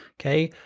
okay?